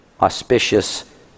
auspicious